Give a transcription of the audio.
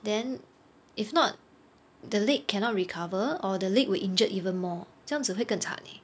then if not the leg cannot recover or the leg will injured even more 这样子会更惨 leh